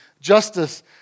justice